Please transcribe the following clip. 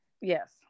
Yes